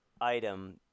item